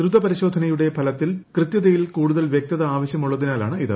ദ്രുത പരിശോധനയുടെ ഫലത്തിന്റെ കൃത്യതയിൽ കൂടുതൽ വ്യക്തത ആവശ്യമുള്ളതിനാലാണ് ഇത്